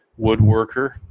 woodworker